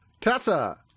Tessa